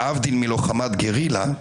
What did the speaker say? להבדיל מלוחמת גרילה,